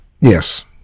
Yes